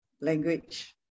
language